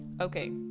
okay